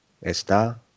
está